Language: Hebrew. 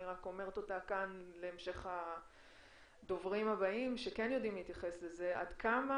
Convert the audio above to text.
אני רק אומרת אותה כאן לדוברים הבאים שכן יודעים להתייחס אליה עד כמה